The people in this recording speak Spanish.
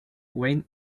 wayne